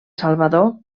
salvador